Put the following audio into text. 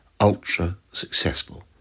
ultra-successful